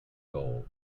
goals